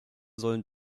sollen